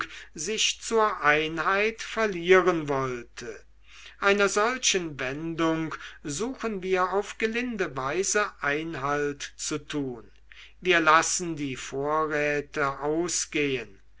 sich zur einheit verlieren wollte einer solchen wendung suchen wir auf gelinde weise einhalt zu tun wir lassen die vorräte ausgehen